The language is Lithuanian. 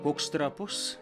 koks trapus